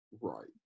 Right